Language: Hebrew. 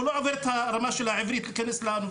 הוא לא עובר את הרמת של השפה העברית כדי להיכנס לאוניברסיטה.